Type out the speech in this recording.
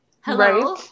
hello